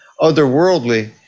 otherworldly